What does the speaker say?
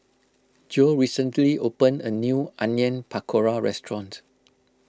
Jo recently opened a new Onion Pakora restaurant